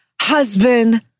husband